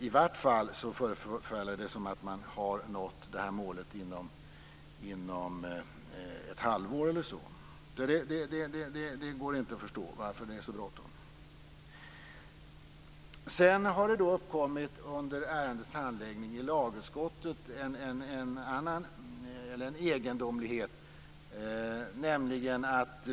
I vart fall förefaller det som att man kommer att nå målet inom ett halvår eller så. Det går inte att förstå varför det är så bråttom. Sedan har det under ärendets handläggning i lagutskottet uppkommit en egendomlighet.